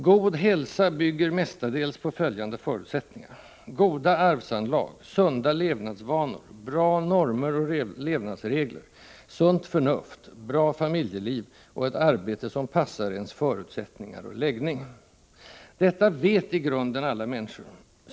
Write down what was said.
God hälsa bygger mestadels på följande förutsättningar: 3. bra normer och levnadsregler, 5. bra familjeliv och 6. ett arbete som passar ens förutsättningar och ”läggning”. Detta vet i grunden alla människor.